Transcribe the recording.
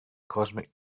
cosmic